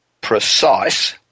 precise